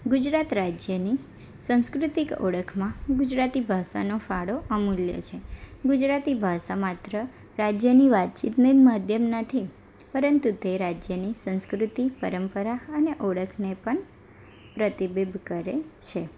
ગુજરાત રાજ્યની સંસ્કૃતિક ઓળખમાં ગુજરાતી ભાષાનો ફાળો અમૂલ્ય છે ગુજરાતી ભાષા માત્ર રાજ્યની વાતચીતનું માધ્યમ નથી પરંતુ તે રાજ્યની સંસ્કૃતિ પરંપરા અને ઓળખને પણ પ્રતિબિમ્બિત કરે છે